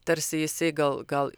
tarsi jisai gal gal